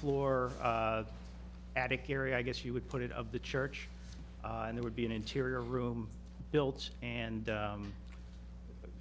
floor attic area i guess you would put it of the church and there would be an interior room built and